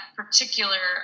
particular